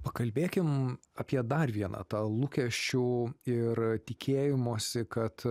pakalbėkim apie dar vieną tą lūkesčių ir tikėjimosi kad